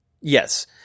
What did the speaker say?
Yes